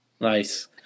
Nice